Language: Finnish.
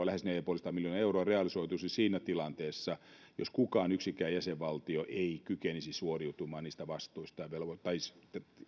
lähes neljäsataaviisikymmentä miljoonaa euroa siinä tilanteessa jos yksikään jäsenvaltio ei kykenisi suoriutumaan niistä vastuista tai